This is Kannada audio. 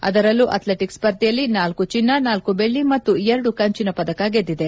ಅದರಲ್ಲೂ ಅಥ್ಲೆಟಕ್ಸ್ ಸ್ಪರ್ಧೆಯಲ್ಲಿ ನಾಲ್ಕು ಚಿನ್ನ್ ನಾಲ್ಕು ದೆಳ್ಳ ಮತ್ತು ಎರಡು ಕಂಚಿನ ಪದಕ ಗೆದ್ದಿದೆ